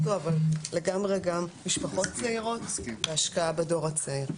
אבל לגמרי גם משפחות צעירות והשקעה בדור הצעיר.